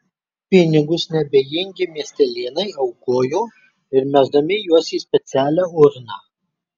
pinigus neabejingi miestelėnai aukojo ir mesdami juos į specialią urną